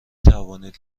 توانید